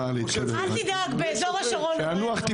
אל תדאג, באזור השרון הוא לא ינוח.